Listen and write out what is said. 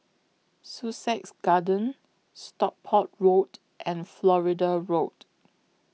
Sussex Garden Stockport Road and Florida Road